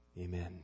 Amen